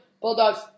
Bulldogs